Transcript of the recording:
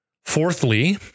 Fourthly